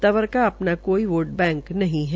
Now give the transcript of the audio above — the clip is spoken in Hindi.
तंवर का अपना कोई वोट बैंक नहीं है